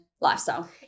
lifestyle